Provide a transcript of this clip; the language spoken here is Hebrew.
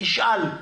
ישאל: